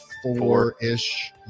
four-ish